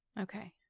Okay